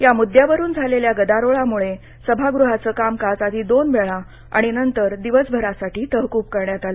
या म्द्यावरून झालेल्या गदारोळाम्ळे सभागृहाच कामकाज आधी दोन वेळा आणि नंतर दिवसभरासाठी तहकूब करण्यात आलं